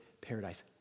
paradise